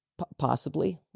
possibly.